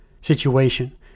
situation